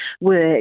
work